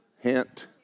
Hint